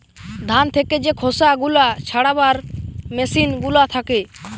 ধান থেকে যে খোসা গুলা ছাড়াবার মেসিন গুলা থাকে